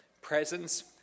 Presence